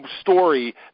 story